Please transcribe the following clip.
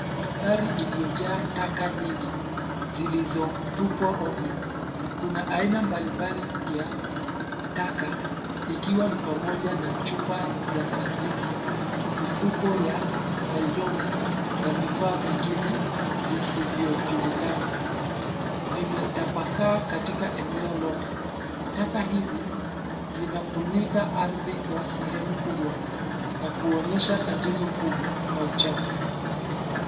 Mandhari iliyojaa taka nyingi zilizo tupwa ovyo. Kuna aina mbali mbali ya taka ikiwa ni pamoja na chupa za plastiki, mifuko ya nailoni na vifaa vingine visivyo julikana, Vimetapakaa katika eneo lote. Taka hizi zinafunika ardhi kwa sehemu kubwa na kuonyesha tatizo kubwa la uchafu.